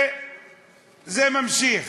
וזה ממשיך,